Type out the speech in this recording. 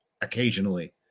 occasionally